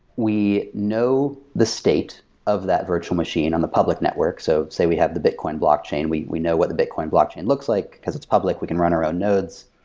we know the state of that virtual machine on the public network. so say, we have the bicoin blockchain. we we know what the bitcoin blockchain looks like, because it's public. we can run our own nodes.